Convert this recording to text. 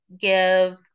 give